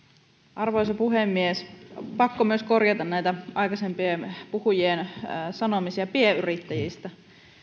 arvoisa puhemies on myös pakko korjata näitä aikaisempien puhujien sanomisia pienyrittäjistä